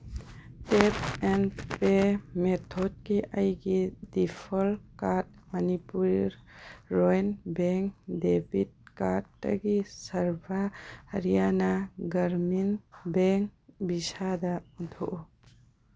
tap and pay ꯃꯦꯊꯣꯠꯀꯤ ꯑꯩꯒꯤ default card Manipur rural bank debit ꯀꯥꯔꯠꯇꯒꯤ ꯁꯔꯚꯥ ꯍꯔꯤꯌꯥꯅꯥ ꯒꯔꯃꯤꯟ ꯕꯦꯡ ꯚꯤꯁꯥꯗ ꯑꯣꯟꯊꯣꯛꯎ